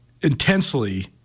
intensely